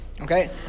Okay